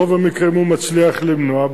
ברוב המקרים הוא מצליח למנוע.